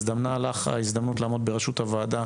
הזדמנה לך ההזדמנות לעמוד בראשות הוועדה